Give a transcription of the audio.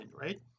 right